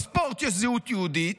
בספורט יש זהות יהודית,